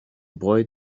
boy